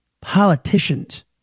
politicians